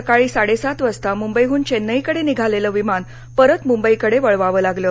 सकाळी साडेसात वाजता मुंबईहून चेन्नईकडे निघालेलं विमान परत मुंबईकडे वळवावं लागलं